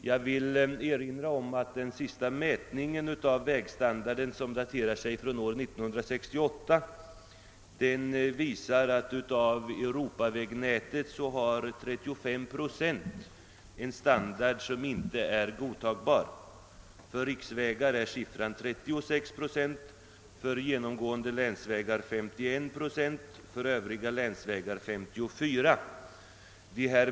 Jag vill erinra om att den senaste mätningen av vägstandarden som daterar sig från år 1968 visar, att 335 procent av Europavägarna hade en icke godtagbar standard. För riksvägar var siffran 36 procent, för genomgående länsvägar 51 procent och för övriga länsvägar 54 procent.